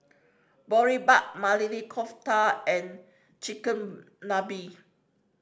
Boribap Maili Kofta and Chigenabe